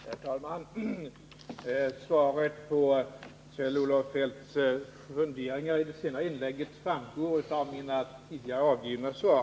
Herr talman! Besked i fråga om Kjell-Olof Feldts funderingar i det senaste inlägget framgår av mina tidigare avgivna svar.